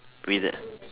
witho~